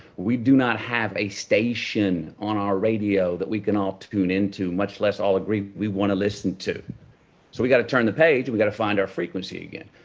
we do not have a station on our radio that we can all tune in to, much less all agree we want to listen to. so we got to turn the page and we got to find our frequency again.